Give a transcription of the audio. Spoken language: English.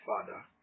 father